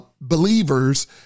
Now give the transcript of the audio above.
Believers